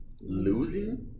losing